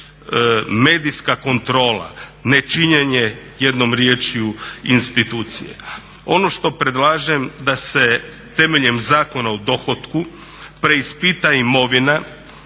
medijska kontrola, nečinjenje jednom riječju institucije. Ono što predlažem da se temeljem Zakona o dohotku preispita imovina